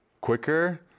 quicker